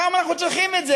למה אנחנו צריכים את זה?